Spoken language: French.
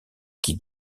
qui